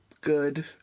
good